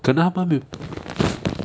可能他们没有